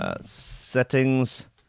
Settings